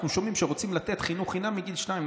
שומעים שרוצים לתת חינוך חינם מגיל שנתיים,